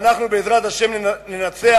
ואנחנו בעזרת השם ננצח.